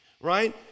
right